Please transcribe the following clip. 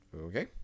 Okay